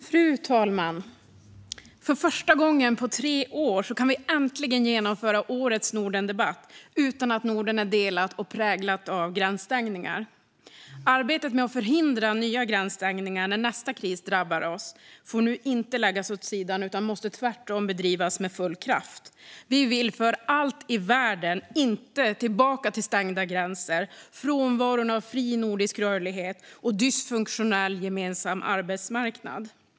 Fru talman! För första gången på tre år kan vi äntligen genomföra årets Nordendebatt utan att Norden är delat och präglat av gränsstängningar. Arbetet med att förhindra nya gränsstängningar när nästa kris drabbar oss får nu inte läggas åt sidan utan måste tvärtom bedrivas med full kraft. Vi vill för allt i världen inte tillbaka till stängda gränser, frånvaro av fri nordisk rörlighet och dysfunktionell gemensam arbetsmarknad.